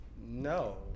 No